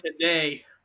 today